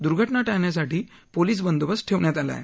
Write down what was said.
दुर्घटना टाळण्यासाठी पोलिस बंदोबस्त ठेवण्यात आला आहे